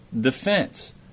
defense